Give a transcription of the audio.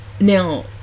now